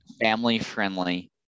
family-friendly